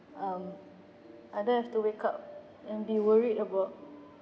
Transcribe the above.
um I don't have to wake up and be worried about